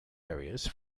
areas